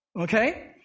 Okay